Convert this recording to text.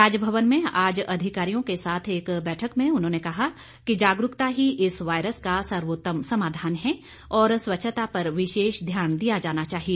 राजभवन में आज अधिकारियों के साथ एक बैठक में उन्होंने कहा कि जागरूकता ही इस वायरस का सर्वोत्तम समाधान है और स्वच्छता पर विशेष ध्यान दिया जाना चाहिए